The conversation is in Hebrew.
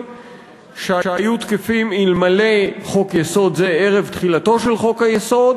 שהיו תקפים אלמלא חוק-יסוד זה ערב תחילתו של חוק-היסוד